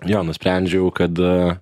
jo nusprendžiau kad